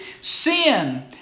Sin